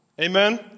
Amen